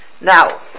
Now